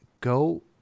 Go